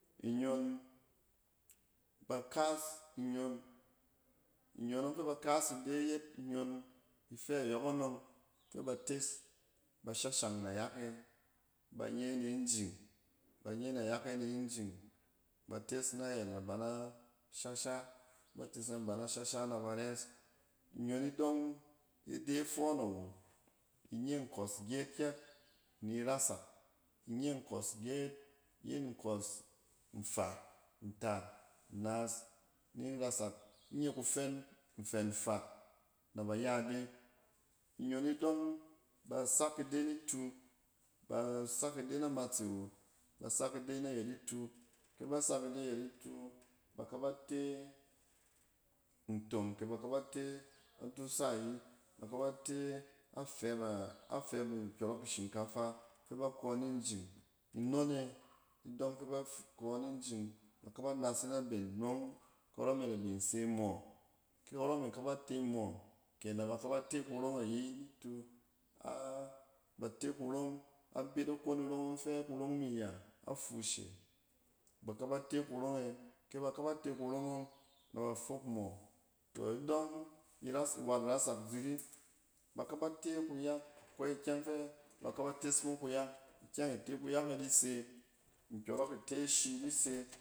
Inyon-ba kas inyon. Inyonɔng fɛ ba kas ide yet inyon ifɛ yɔkɔnɔng fɛ ba tes, ba shashang nayak e, ba nye ni njing, ba nye nayak e ninjing. Ba tes nayɛt na ban na shasha ba tes na ban na shasha na ba rɛp. Inyon idɔng ide fɔɔn awo. Inye nkɔs gyeet kyɛk ni rasak inye nkɔs gyeet iyin nkɔs nfaa, ntaat, nnaas nin rasak. Inye kufɛn, nfɛn nfaa, na ba ya ide. Inyon idɔng ba sak ide nitu, na ba ya ide. Inyong idɔng ba sak ide nitu, ba sak ide na matse wo, ba sak ide na yɛt itu. Kɛ ba sak ide ayɛt itu, ba ka ba te ntong kɛ ba ka ba te a dusa ayiba ka ba te afɛpa-afɛp nkɔrɔk ashinkafa. Fɛ ba kɔ ninjing ino ne, idɔng kɛ baf kɔɔ ninjing. Ba kaba nase naben nɔng karɔ me da bin se mɔ, kɛ karɛ me ka ba te mɔ, kɛ na ba ka ba te kurong ayi nitu. A-bate kurong, abit akon irong fɛ kurong mi ya, a fuush e, ba kaba te kurong e kɛ ba ka ba te kurong ɔng nɛ ba fok mɔ. Tɔ idɔng iras, wat rasak ziri, baka ba te kuyak kwai kyang fɛ ba ka ba tes mo kuyak. Ikyɛng ite kuyak e di se, nkyɔrɔk ite shi di se.